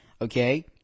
Okay